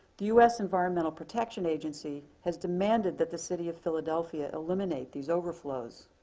the us environmental protection agency has demanded that the city of philadelphia eliminate these overflows.